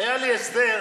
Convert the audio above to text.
היה לי הסדר.